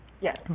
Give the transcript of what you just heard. Yes